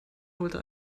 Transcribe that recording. holte